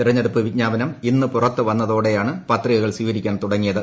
തെരഞ്ഞെടുപ്പ് വിജ്ഞാപനം ഇന്ന് പുറത്തു വന്നതോടെയാണ് പത്രികകൾ സ്വീകരിക്കാൻ തുടങ്ങിയത്